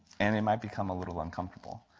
and it might become a little uncomfortable.